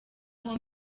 aho